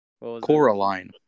Coraline